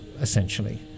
essentially